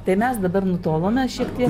tai mes dabar nutolome šiek tiek